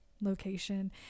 location